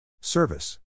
Service